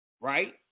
right